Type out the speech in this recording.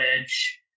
edge